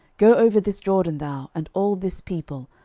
go over this jordan, thou, and all this people,